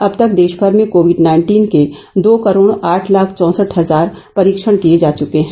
अब तक देशमर में कोविड नाइन्टीन के दो करोड आठ लाख चौसठ हजार परीक्षण किए जा चके हैं